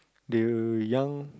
do you young